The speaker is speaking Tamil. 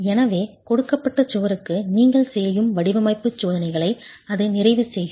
எனவே கொடுக்கப்பட்ட சுவருக்காக நீங்கள் செய்யும் வடிவமைப்பு சோதனைகளை அது நிறைவு செய்யும்